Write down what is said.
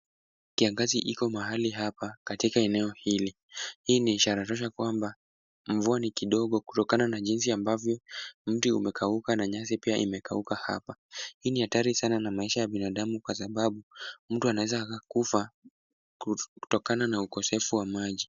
Kiangazi iko mahali hapa katika eneo hili. Hii ni ishara tosha kwamba mvua ni kidogo, kutokana na jinsi ambavyo mti umekauka na nyasi pia imekauka hapa. Hii ni hatari sana na maisha ya binadamu kwasababu mtu anaweza akakufa ku, kutokana na ukosefu wa maji.